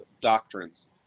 doctrines